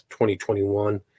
2021